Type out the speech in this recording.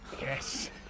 Yes